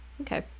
okay